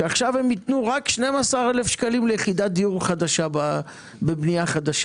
שעכשיו ייתנו רק 12,000 שקלים ליחידת דיור בבנייה חדשה.